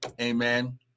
Amen